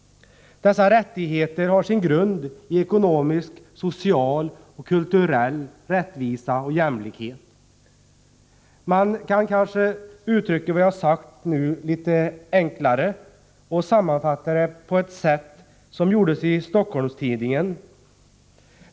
Dessa rättigheter har sin grund i ekonomisk, social och kulturell rättvisa och jämlikhet. Man kanske kan uttrycka vad jag sagt litet enklare och sammanfatta det på ett sätt som gjordes i Stockholms-Tidningen.